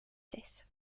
this